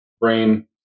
brain